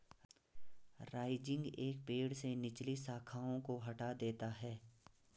rising एक पेड़ से निचली शाखाओं को हटा देता है